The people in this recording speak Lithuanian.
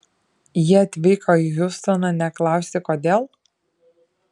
jie atvyko į hjustoną ne klausti kodėl